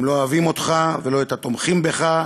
הם לא אוהבים אותך ולא את התומכים בך,